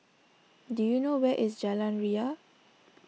do you know where is Jalan Ria